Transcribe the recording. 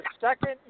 second